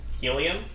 Helium